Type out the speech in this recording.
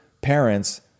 parents